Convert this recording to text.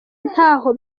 ntaho